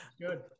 good